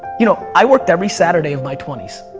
you know i worked every saturday of my twenty s.